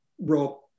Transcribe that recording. Rob